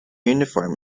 uniform